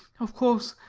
of course,